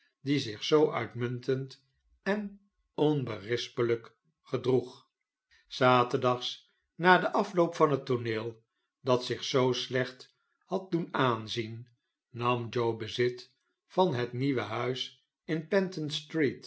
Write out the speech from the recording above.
die zich zoouitmuntend en onberispelijk gedroeg szaterdags na den afloop van het tooneel dat zich zoo slecht had doen aanzien nam joe bezit van het nieuwe huis in